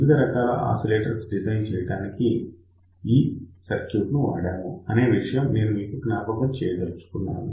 వివిధ రకాల oscillators design చేయడానికి ఈ యొక్క సర్క్యూట్ ను వాడాము అనే విషయం నేను మీకు జ్ఞాపకం చేయదలచుకున్నాను